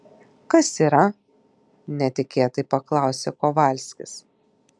kas yra netikėtai paklausė kovalskis